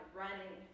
running